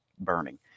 burning